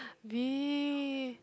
B